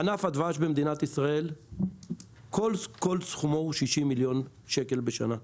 ענף הדבש במדינת ישראל כל סכומו הוא 60 מיליון שקל בשנה.